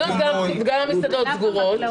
המסעדות סגורות.